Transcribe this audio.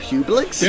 Publix